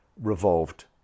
revolved